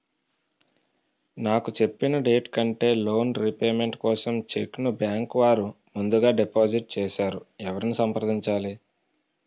నాకు చెప్పిన డేట్ కంటే లోన్ రీపేమెంట్ కోసం చెక్ ను బ్యాంకు వారు ముందుగా డిపాజిట్ చేసారు ఎవరిని సంప్రదించాలి?